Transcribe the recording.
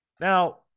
Now